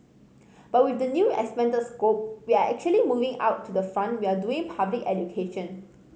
but with the new expanded scope we are actually moving out to the front we are doing public education